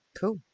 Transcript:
cool